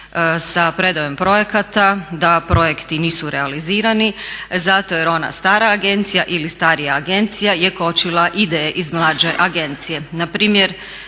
sa predajom projekata, da projekti nisu realizirani zato jer ona stara agencija ili starija agencija je kočila ideje iz mlađe agencije.